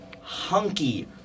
hunky